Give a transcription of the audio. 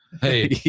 hey